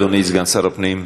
שאילתות לשר הפנים.